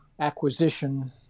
acquisition